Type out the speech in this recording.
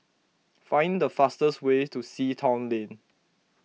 find the fastest way to Sea Town Lane